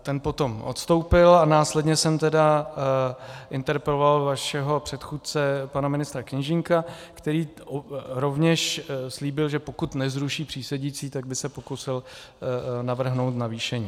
Ten potom odstoupil a následně jsem tedy interpeloval vašeho předchůdce pana ministra Kněžínka, který rovněž slíbil, že pokud nezruší přísedící, tak by se pokusil navrhnout navýšení.